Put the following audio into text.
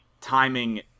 timing